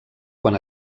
quan